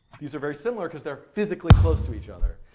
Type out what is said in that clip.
these are very similar because they're physically close to each other.